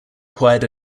required